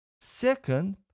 Second